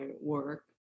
work